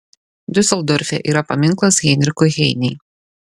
diuseldorfe yra paminklas heinrichui heinei